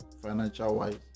financial-wise